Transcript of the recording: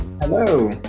Hello